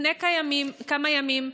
לפני כמה ימים,